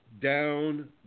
down